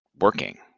working